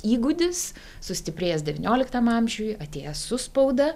įgūdis sustiprėjęs devynioliktam amžiuj atėjęs su spauda